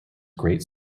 great